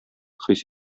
хис